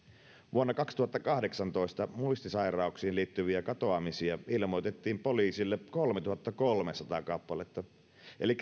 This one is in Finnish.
vuonna kaksituhattakahdeksantoista muistisairauksiin liittyviä katoamisia ilmoitettiin poliisille kolmetuhattakolmesataa kappaletta eli